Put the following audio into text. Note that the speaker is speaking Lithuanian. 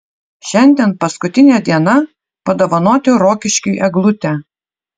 šiandien paskutinė diena padovanoti rokiškiui eglutę